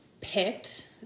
picked